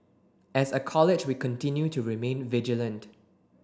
as a College we continue to remain vigilant